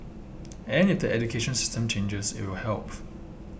and it education system changes it will help